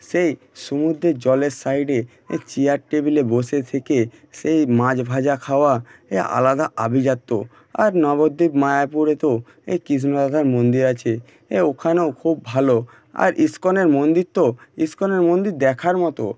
সেই সমুদ্রের জলের সাইডে চেয়ার টেবিলে বসে থেকে সেই মাছ ভাজা খাওয়া এ আলাদা আভিজাত্য আর নবদ্বীপ মায়াপুরে তো এই কৃষ্ণ রাধার মন্দির আছে এ ওখানেও খুব ভালো আর ইস্কনের মন্দির তো ইস্কনের মন্দির দেখার মতো